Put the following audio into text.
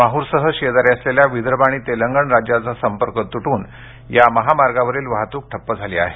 माहूरसह शेजारी असलेल्या विदर्भ आणि तेलंगण राज्याचा संपर्क तुटून या महामार्गावरील वाहतूक ठप्प झाली आहे